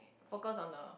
focus on the